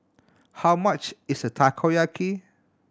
how much is Takoyaki